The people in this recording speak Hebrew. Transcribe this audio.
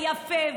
היפה,